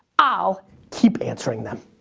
i'll keep answering them.